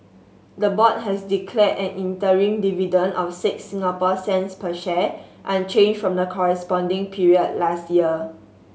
the board has declared an interim dividend of six Singapore cents per share unchanged from the corresponding period last year